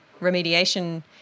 remediation